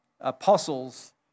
apostles